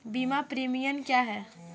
बीमा प्रीमियम क्या है?